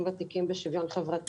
תשיב.